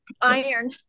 iron